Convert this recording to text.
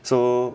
so